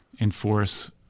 enforce